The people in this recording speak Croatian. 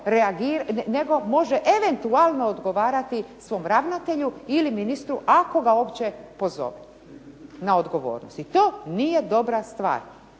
nego može eventualno odgovarati svom ravnatelju ili ministru ako ga uopće pozove na odgovornost. I to nije dobra stvar.